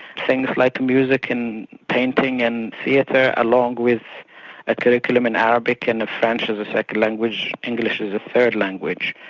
things like music and painting and theatre, along with a curriculum in arabic and of french as a second language, english as a third language,